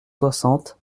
soixante